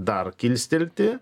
dar kilstelti